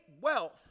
wealth